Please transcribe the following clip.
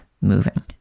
moving